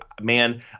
man